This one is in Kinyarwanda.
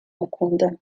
mukundana